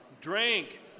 drink